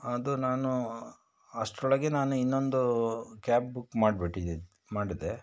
ಅದು ನಾನು ಅಷ್ಟರೊಳಗೆ ನಾನು ಇನ್ನೊಂದು ಕ್ಯಾಬ್ ಬುಕ್ ಮಾಡಿ ಬಿಟ್ಟಿದ್ದಿದ್ದು ಮಾಡದೆ